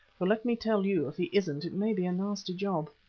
for let me tell you, if he isn't it may be a nasty job.